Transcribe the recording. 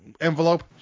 envelope